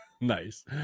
Nice